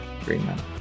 Greenman